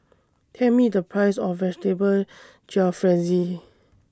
Tell Me The Price of Vegetable Jalfrezi